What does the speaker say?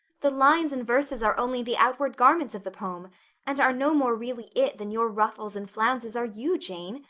the lines and verses are only the outward garments of the poem and are no more really it than your ruffles and flounces are you, jane.